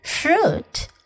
Fruit